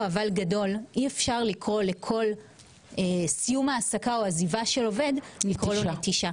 אי אפשר לקרוא לכל סיום העסקה או עזיבה של עובד לקרוא לו נטישה.